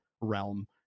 realm